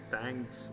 Thanks